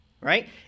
right